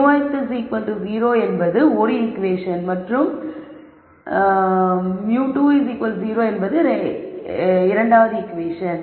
th 0 என்பது 1 equation மற்றும் th 0 என்பது 2 ஈகுவேஷன்